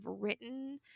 written